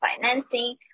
financing